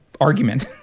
argument